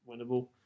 Winnable